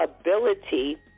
ability